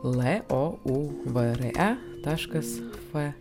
louvre taškas f